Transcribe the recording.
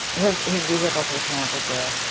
his vehicles were tampered with.